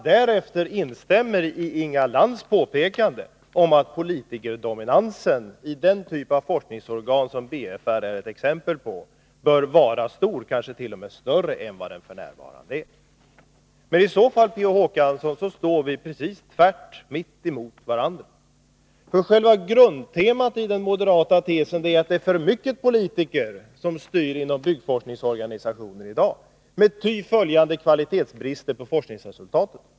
Därefter instämde han i Inga Lantz påstående att politikerdominansen i den typ av forskningsorgan som BFR är ett exempel på bör vara stor, kanske t.o.m. större än vad den f. n. är. I så fall, Per Olof Håkansson, står vi precis tvärtemot varandra. Själva grundtemat i den moderata tesen är att det är för många politiker som styr inom byggforskningsorganisationen i dag, med ty åtföljande kvalitetsbrister på forskningsresultaten.